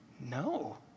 No